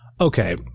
Okay